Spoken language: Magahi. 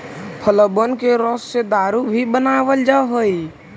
फलबन के रस से दारू भी बनाबल जा हई